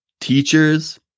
teachers